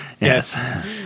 Yes